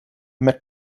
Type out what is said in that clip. met